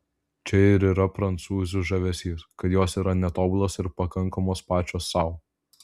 čia ir yra prancūzių žavesys kad jos yra netobulos ir pakankamos pačios sau